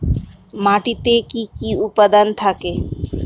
মাটিতে কি কি উপাদান থাকে?